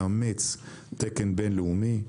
לאמץ תקן בינלאומי.